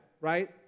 right